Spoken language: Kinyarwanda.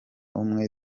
umwe